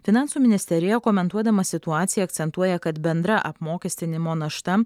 finansų ministerija komentuodama situaciją akcentuoja kad bendra apmokestinimo našta